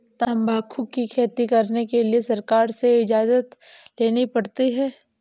तंबाकू की खेती करने के लिए सरकार से इजाजत लेनी पड़ती है